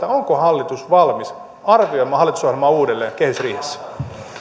onko hallitus valmis arvioimaan hallitusohjelmaa uudelleen kehysriihessä